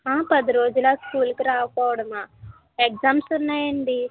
ఆ పది రోజులా స్కూల్కి రాకపోవడమా ఎగ్జామ్స్ ఉన్నాయండి